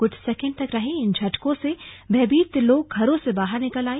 कुछ सेकेंड तक रहे इन झटकों से भयभीत लोग घरों से बाहर निकल आए